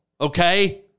okay